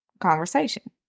conversation